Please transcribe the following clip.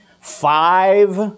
Five